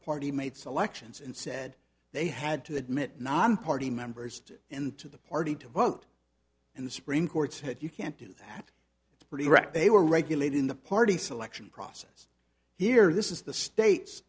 party made selections and said they had to admit non party members and to the party to vote and the supreme court said you can't do that it's pretty wrecked they were regulating the party selection process here this is the state